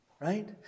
right